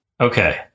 Okay